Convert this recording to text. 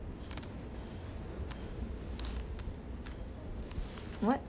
what